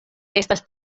estas